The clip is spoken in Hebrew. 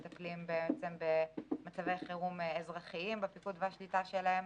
שמטפלים במצבי חירום אזרחיים בפיקוד והשליטה שלהם.